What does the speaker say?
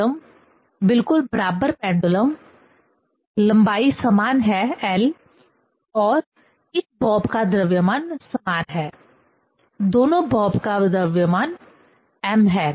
दो पेंडुलम बिल्कुल बराबर पेंडुलम लंबाई समान है l और इस बॉब का द्रव्यमान समान है दोनों बॉब का द्रव्यमान m है